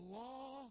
law